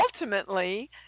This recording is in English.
ultimately